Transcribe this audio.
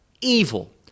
evil